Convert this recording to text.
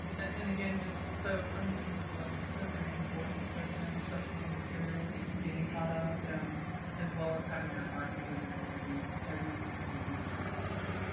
and again, just so, i mean, these requests are so very important, especially our instructional material and getting caught up as well as having that art and music in every every year in every school. so,